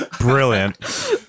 Brilliant